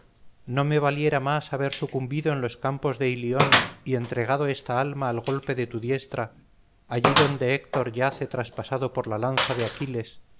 no me valiera más haber sucumbido en los campos de ilión y entregado esta alma al golpe de tu diestra allí donde héctor yace traspasado por la lanza de aquiles